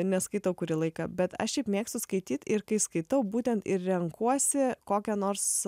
neskaitau kurį laiką bet aš šiaip mėgstu skaityt ir kai skaitau būtent ir renkuosi kokią nors